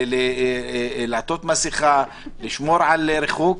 לעטות מסכה ולשמור על ריחוק.